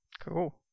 cool